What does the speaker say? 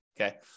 Okay